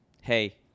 hey